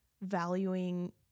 valuing